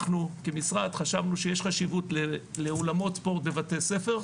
אנחנו כמשרד חשבנו שיש חשיבות לאולמות ספורט בבתי-ספר,